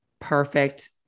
perfect